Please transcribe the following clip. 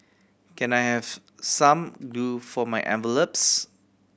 can I have some glue for my envelopes